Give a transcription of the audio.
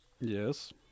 Yes